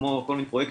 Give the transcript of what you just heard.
כמו כל מיני פרויקטים.